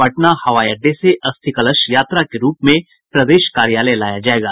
पटना हवाई अड्डे से अस्थि कलश यात्रा के रूप में प्रदेश कार्यालय लाया जायेगा